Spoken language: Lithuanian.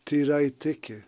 tyrai tiki